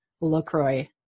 LaCroix